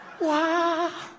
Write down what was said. Wow